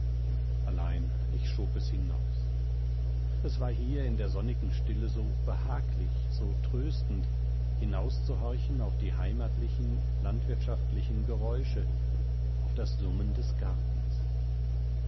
allein ich schob es hinaus es war hier in der sonnigen stille so behaglich so tröstend hinauszuhorchen auf die heimatlichen landwirtschaftlichen geräusche auf das summen des gartens